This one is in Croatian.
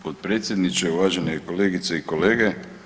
Potpredsjedniče, uvažene kolegice i kolege.